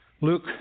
Luke